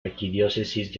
arquidiócesis